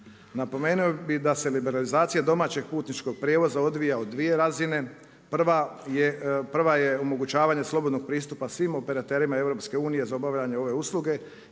Napomenuo bi da se liberalizacija domaćeg putničkog prijevoza odvija u dvije razine, prva je omogućavanje slobodnog pristupa svim operaterima EU-a za obavljanje ove usluge